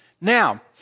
Now